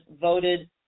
voted